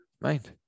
mind